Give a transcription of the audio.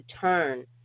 turn